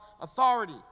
authority